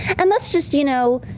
and that's just, you know,